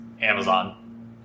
Amazon